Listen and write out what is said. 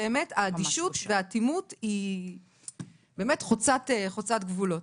האדישות והאטימות באמת חוצה גבולות.